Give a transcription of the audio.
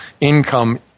income